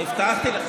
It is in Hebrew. הבטחתי לך